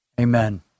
Amen